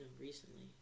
recently